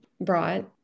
brought